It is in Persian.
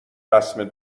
رسم